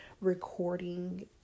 recording